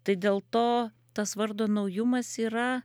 tai dėl to tas vardo naujumas yra